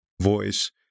voice